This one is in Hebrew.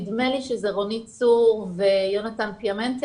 נדמה לי שזה רונית צור ויונתן פיאמנטה